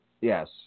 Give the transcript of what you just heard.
Yes